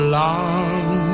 long